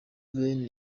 benin